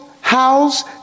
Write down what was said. house